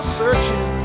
searching